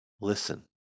listen